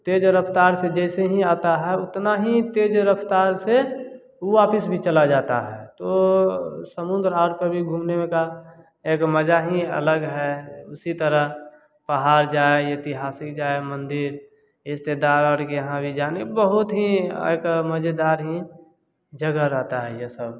तेज रफ़्तार से जैसे ही आता है उतना ही तेज़ रफ्तार से वापिस भी चला जाता है तो समुद्र रात में भी घूमने का एक मज़ा ही अलग है उसी तरह पहाड़ जाए ऐतिहासिक जाए मंदिर रिश्तेदारों के वहाँ बहुत ही मज़ेदार जगह रहता है